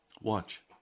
Watch